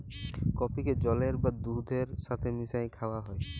কফিকে জলের বা দুহুদের ছাথে মিশাঁয় খাউয়া হ্যয়